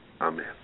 Amen